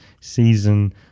season